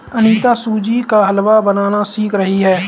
अनीता सूजी का हलवा बनाना सीख रही है